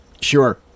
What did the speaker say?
Sure